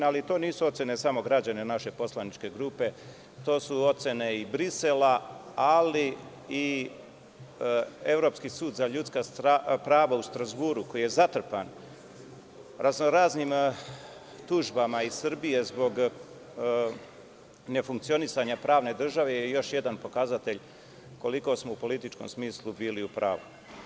Ali, to nisu ocene samo građana naše poslaničke grupe, to su ocene i Brisela, ali i Evropski sud za ljudska prava u Strazburu koji je zatrpan raznoraznim tužbama iz Srbije zbog nefunkcionisanja pravne države je još jedan pokazatelj koliko smo u političkom smislu bili u pravu.